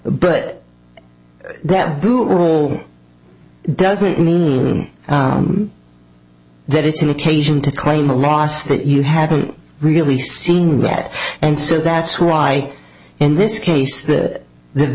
but that blue rule doesn't mean that it's an occasion to claim a loss that you haven't really seen that and so that's why in this case that the